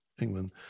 England